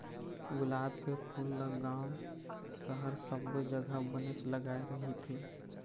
गुलाब के फूल ल गाँव, सहर सब्बो जघा बनेच लगाय रहिथे